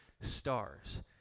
stars